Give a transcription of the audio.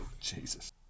Jesus